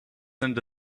into